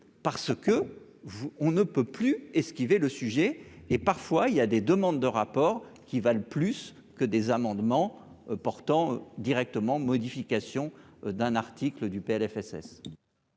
vous, on ne peut plus et ce qui fait le sujet, et parfois il y a des demandes de rapport qui valent plus que des amendements portant directement modification d'un article du PLFSS.